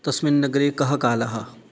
तस्मिन् नगरे कः कालः